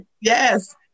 Yes